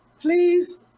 Please